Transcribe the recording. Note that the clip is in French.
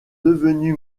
devenu